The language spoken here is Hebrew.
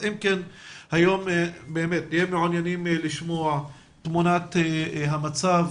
אנחנו היום מעוניינים לשמוע את תמונת המצב,